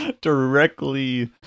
directly